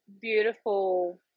beautiful